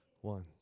one